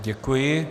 Děkuji.